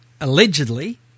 allegedly